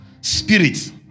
spirit